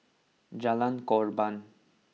Jalan Korban